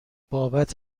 بابت